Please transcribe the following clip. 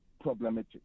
problematic